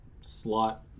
slot